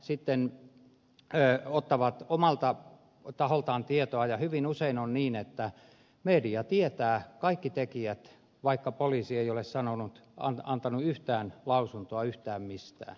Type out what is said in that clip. sitten he ottavat omalta taholtaan tietoa ja hyvin usein on niin että media tietää kaikki tekijät vaikka poliisi ei ole antanut yhtään lausuntoa yhtään mistään